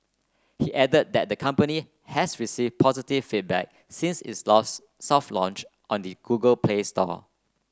he added that the company has received positive feedback since its lost soft launch on the Google Play Store